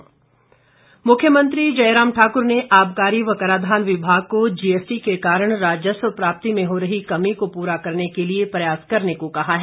जयराम मुख्यमंत्री जयराम ठाक्र ने आबकारी व कराधान विभाग को जीएसटी के कारण राजस्व प्राप्ति में हो रही कमी को पूरा करने के लिए प्रयास करने को कहा है